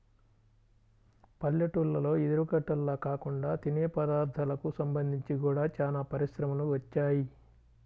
పల్లెటూల్లలో ఇదివరకటిల్లా కాకుండా తినే పదార్ధాలకు సంబంధించి గూడా చానా పరిశ్రమలు వచ్చాయ్